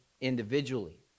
individually